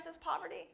poverty